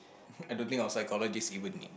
I don't think our physiologist even need